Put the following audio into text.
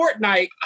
Fortnite